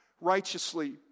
righteously